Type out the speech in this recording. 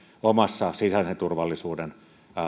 omassa sisäisen turvallisuuden